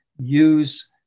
use